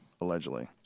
allegedly